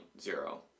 zero